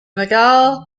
miguel